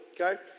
okay